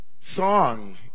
song